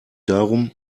darum